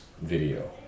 video